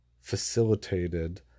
facilitated